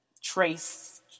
trace